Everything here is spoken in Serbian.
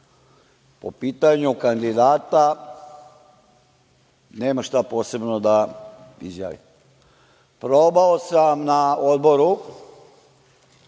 po pitanju kandidata nemam šta posebno da izjavim. Probao sam na Odboru